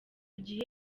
gihe